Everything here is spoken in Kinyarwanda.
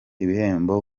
ibihembo